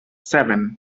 seven